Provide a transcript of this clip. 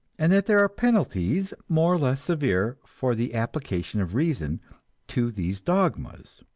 and that there are penalties more or less severe for the application of reason to these dogmas.